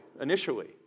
initially